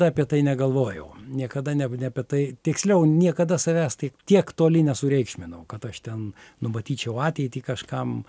apie tai negalvojau niekada ne ne apie tai tiksliau niekada savęs tai tiek toli nesureikšminau kad aš ten numatyčiau ateitį kažkam